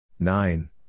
Nine